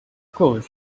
course